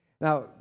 now